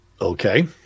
okay